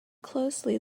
closely